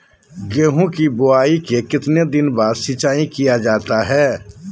गेंहू की बोआई के कितने दिन बाद सिंचाई किया जाता है?